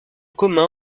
commun